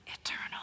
eternal